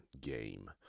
game